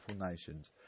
nations